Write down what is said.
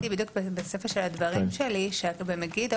בדיוק בסיפה של הדברים שלי לגבי מגידו,